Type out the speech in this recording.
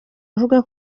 avuga